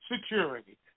security